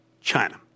China